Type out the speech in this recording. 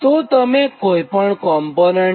તોતમે કોઇપણ પોઇન્ટ લો